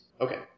Okay